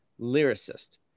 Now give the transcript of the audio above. lyricist